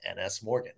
NSMorgan